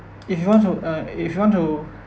if you want to uh if you want to